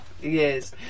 yes